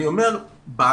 אני אומר שבאמיתי